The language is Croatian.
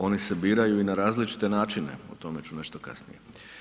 Oni se biraju i na različite načine, o tome ću nešto kasnije.